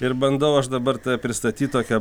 ir bandau aš dabar tave pristatyt tokią